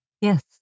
Yes